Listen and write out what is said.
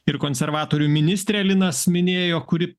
ir konservatorių ministrė linas minėjo kuri